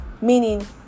meaning